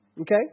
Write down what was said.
Okay